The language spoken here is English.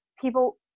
people